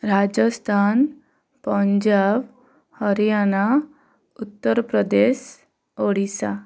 Rajasthan Punjab Haryana Uttar Pradesh Odisha